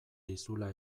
dizula